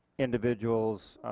individuals